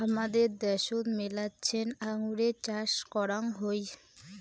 হামাদের দ্যাশোত মেলাছেন আঙুরের চাষ করাং হই